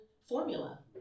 formula